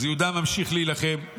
אז יהודה ממשיך להילחם,